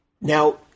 Now